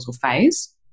phase